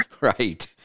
Right